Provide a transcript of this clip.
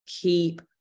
keep